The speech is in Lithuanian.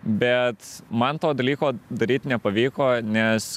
bet man to dalyko daryt nepavyko nes